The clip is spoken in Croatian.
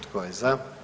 Tko je za?